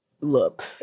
look